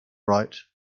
right